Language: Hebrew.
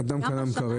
אתם אשמים,